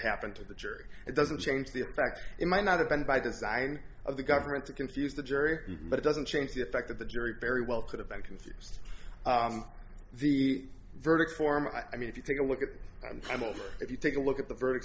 happened to the jury it doesn't change the fact it might not have been by design of the government to confuse the jury but it doesn't change the fact that the jury very well could have been confused the verdict form i mean if you take a look at them over if you take a look at the